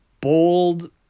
bold